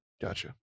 gotcha